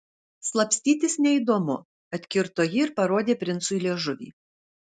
slapstytis neįdomu atkirto ji ir parodė princui liežuvį